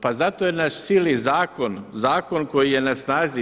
Pa zato jer nas sili zakon, zakon koji je na snazi.